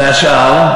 והשאר?